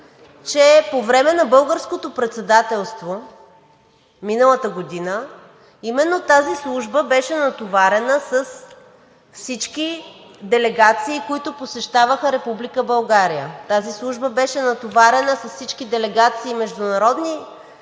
че по време на Българското председателство миналата година именно тази служба беше натоварена с всички делегации, които посещаваха Република България. Тази служба беше натоварена с всички международни